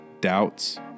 doubts